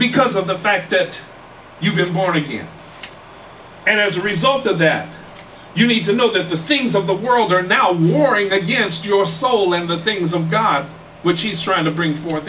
because of the fact that you've been mourning and as a result of that you need to know that the things of the world are now warring against your soul and the things of god which he's trying to bring forth